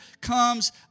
comes